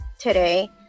today